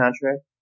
contract